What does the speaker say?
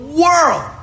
world